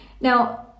Now